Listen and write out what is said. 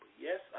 Yes